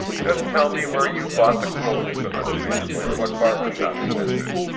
just tell me where you bought the clothes for this man, and what barber shop you visited.